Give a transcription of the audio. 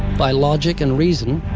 by logic and reason,